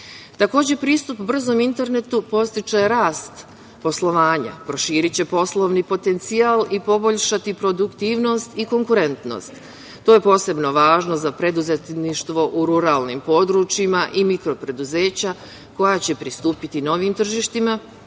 pristup brzom internetu podstiče rast poslovanja, proširiće poslovni potencijal i poboljšati produktivnost i konkurentnost. To je posebno važno za preduzetništvo u ruralnim područjima i mikro preduzeća, koja će pristupiti novim tržištima